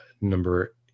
number